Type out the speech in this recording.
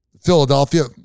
Philadelphia